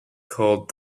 called